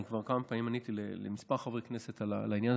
אני כבר כמה פעמים עניתי לכמה חברי כנסת על העניין.